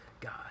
god